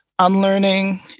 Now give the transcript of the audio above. unlearning